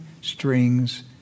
strings